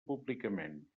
públicament